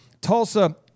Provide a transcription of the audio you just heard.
Tulsa